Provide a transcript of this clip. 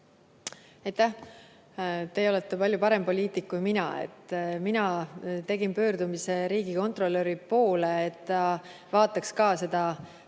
Teie olete palju parem poliitik kui mina. Mina tegin pöördumise riigikontrolöri poole, et ta vaataks ka kogu